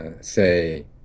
say